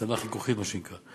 אבטלה חיכוכית, מה שנקרא.